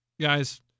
Guys